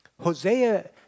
Hosea